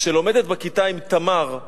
שלומדת בכיתה עם תמר,